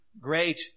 great